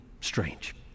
strange